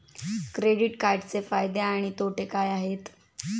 Credit कार्डचे फायदे आणि तोटे काय आहेत?